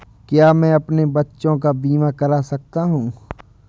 क्या मैं अपने बच्चों का बीमा करा सकता हूँ?